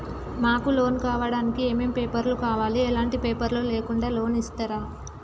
మాకు లోన్ కావడానికి ఏమేం పేపర్లు కావాలి ఎలాంటి పేపర్లు లేకుండా లోన్ ఇస్తరా?